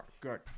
good